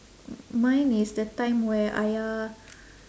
mine is the time where ayah